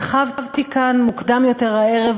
הרחבתי כאן מוקדם יותר הערב